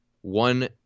one